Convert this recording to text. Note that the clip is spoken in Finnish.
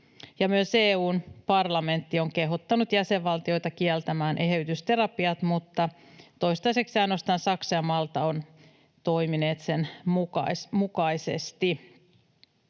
myös EU:n parlamentti on kehottanut jäsenvaltioita kieltämään eheytysterapiat, mutta toistaiseksi ainoastaan Saksa ja Malta ovat toimineet sen mukaisesti.